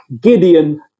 Gideon